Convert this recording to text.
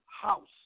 house